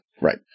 right